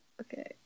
okay